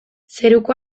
zeruko